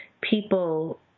people